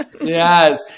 Yes